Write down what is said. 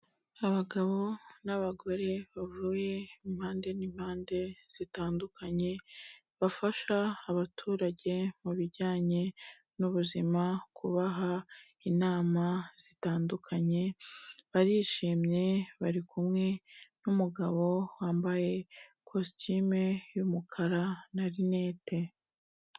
Abagabo n'abagore bavuye impande n'impande zitandukanye, bafasha abaturage mu bijyanye n'ubuzima, kubaha inama zitandukanye, barishimye bari kumwe n'umugabo wambaye ikositimu y'umukara na rinete.